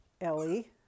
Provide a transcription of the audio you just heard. Ellie